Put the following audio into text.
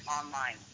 online